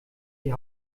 die